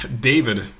David